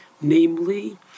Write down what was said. Namely